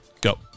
go